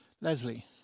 Leslie